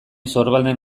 sorbalden